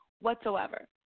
whatsoever